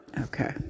Okay